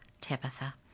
Tabitha